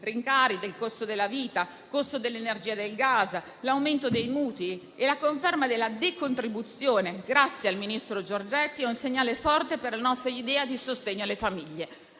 rincari del costo della vita, del costo dell'energia e del gas, l'aumento dei mutui e la conferma della decontribuzione, grazie al ministro Giorgetti, è un segnale forte della nostra idea di sostegno alle famiglie.